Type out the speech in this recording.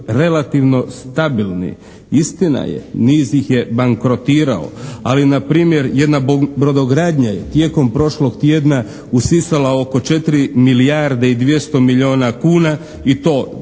relativno stabilni, istina je, niz ih je bankrotirao, ali npr. jedna brodogradnja je tijekom prošlog tjedna usisala oko 4 milijarde i 200 milijuna kuna i to